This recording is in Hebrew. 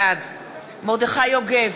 בעד מרדכי יוגב,